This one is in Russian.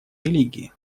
религии